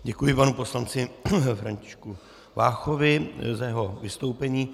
Děkuji panu poslanci Františku Váchovi za jeho vystoupení.